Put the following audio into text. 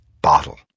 Bottle